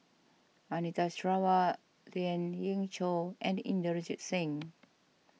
Anita Sarawak Lien Ying Chow and Inderjit Singh